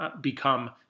become